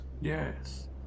Yes